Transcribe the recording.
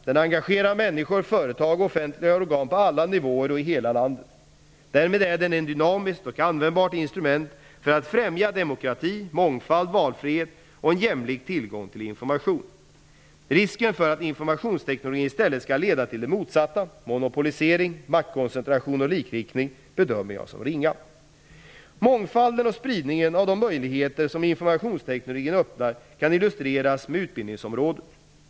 Den engagerar människor, företag och offentliga organ på alla nivåer och i hela landet. Därmed är den ett dynamiskt och användbart instrument för att främja demokrati, mångfald, valfrihet och jämlik tillgång till information. Risken för att informationsteknologin i stället skall leda till det motsatta, monopolisering, maktkoncentration och likriktning, bedömer jag som ringa. Mångfalden och spridningen av de möjligheter som informationsteknologin öppnar kan illustreras med utbildningsområdet.